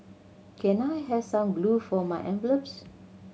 can I have some glue for my envelopes